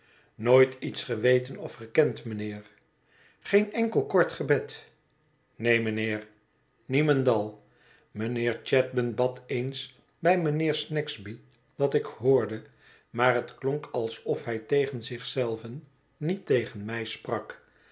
nooit iets geweten of gekend mijnheer geen enkel kort gebed neen mijnheer niemendal mijnheer chadband bad eens bij mijnheer snagsby dat ik hoorde maar het klonk alsof hij tegen zich zelven niet tegen mij sprak